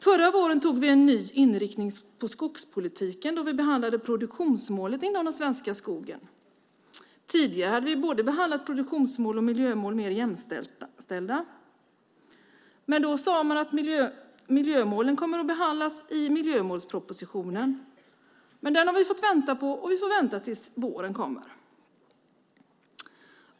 Förra våren antog vi en ny inriktning på skogspolitiken, då vi behandlade produktionsmålet inom den svenska skogen - tidigare hade vi behandlat produktionsmål och miljömål som mer jämställda. Då sade man att miljömålen kommer att behandlas i miljömålspropositionen, men den har vi fått vänta på. Vi får vänta tills våren kommer.